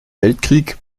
weltkrieg